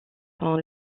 sont